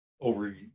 over